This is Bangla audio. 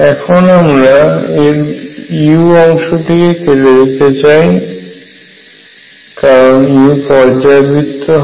এখন আমরা এর u অংশটিকে কেটে দিতে পারি কারণ u পর্যায়বৃত্ত হয়